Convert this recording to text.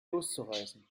loszureißen